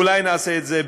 אולי נעשה את זה בהמשך,